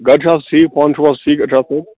گَرِ چھِ حظ ٹھیٖک پانہ چھُو حظ ٹھیٖک اِرشاد صٲب